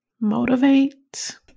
motivate